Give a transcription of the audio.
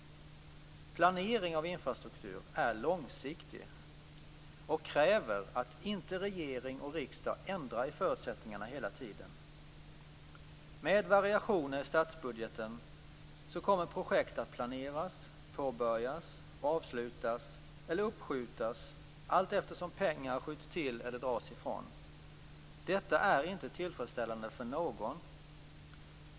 Planering av infrastruktur är långsiktig och kräver att inte regering och riksdag ändrar i förutsättningarna hela tiden. Med variationer i statsbudgeten kommer projekt att planeras, påbörjas och avslutas eller uppskjutas allteftersom pengar skjuts till eller dras ifrån. Detta är inte tillfredsställande för någon.